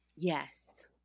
Yes